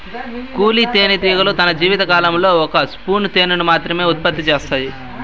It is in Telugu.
కూలీ తేనెటీగలు తన జీవిత కాలంలో ఒక స్పూను తేనెను మాత్రమె ఉత్పత్తి చేత్తాయి